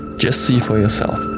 just see for yourself!